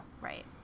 Right